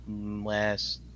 last